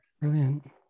brilliant